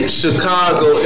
chicago